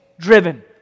driven